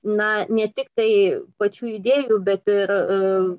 na ne tiktai pačių idėjų bet ir